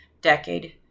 decade